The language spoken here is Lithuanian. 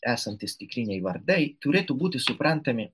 esantys tikriniai vardai turėtų būti suprantami